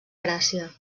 gràcia